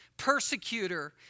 persecutor